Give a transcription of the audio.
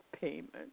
payment